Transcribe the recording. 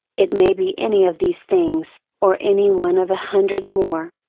it may be any of these things, or any one of a hundred more.